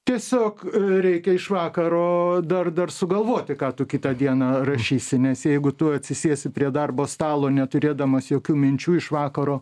tiesiog reikia iš vakaro dar dar sugalvoti ką tu kitą dieną rašysi nes jeigu tu atsisėsi prie darbo stalo neturėdamas jokių minčių iš vakaro